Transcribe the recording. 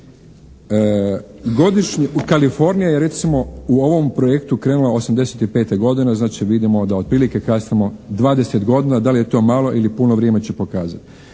Godišnji, Kalifornija je recimo u ovom projektu krenula 1985. godine. Znači vidimo da otprilike kaskamo 20 godina. Da li je to malo ili puno vrijeme će pokazati.